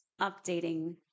updating